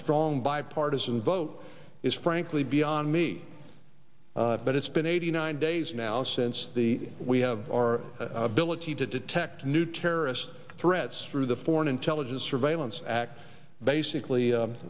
strong bipartisan vote is frankly beyond me but it's been eighty nine days now since the we have our ability to detect new terrorist threats through the foreign intelligence surveillance act basically